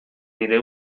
nire